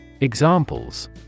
Examples